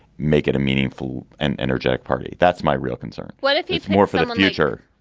make it a meaningful and energetic party. that's my real concern what if he's more for the future?